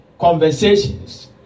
conversations